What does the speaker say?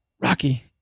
Rocky